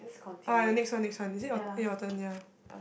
oh ya next one next one is it your your turn ya